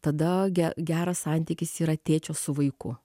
tada geras santykis yra tėčio su vaiku